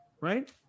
right